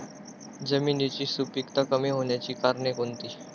जमिनीची सुपिकता कमी होण्याची कारणे कोणती?